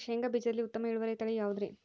ಶೇಂಗಾ ಬೇಜದಲ್ಲಿ ಉತ್ತಮ ಇಳುವರಿಯ ತಳಿ ಯಾವುದುರಿ?